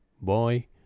boy